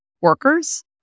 workers